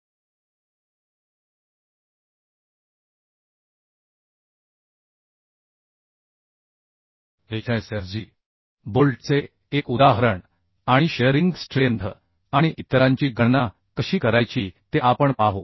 हे बोल्टवरील बाह्य बल असेल तर मग वास्तविक फोर्स टीई अधिक Q असेल जेथे Q एक प्राईंग शक्ती आहे आता आपण HSFG बोल्टच्या एका उदाहरणातून जाऊ आणि शिअरिंग स्ट्रेंथ आणि इतरांची गणना कशी करायची ते आपण पाहू